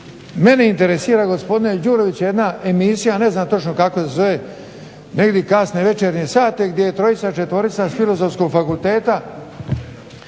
Mene interesira gospodine Đuroviću jedna emisija, ne znam točno kako se zove, negdje kasnije večernje sate gdje trojica, četvorica s Filozofskog fakulteta